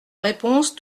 réponse